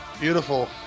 beautiful